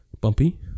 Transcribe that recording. bumpy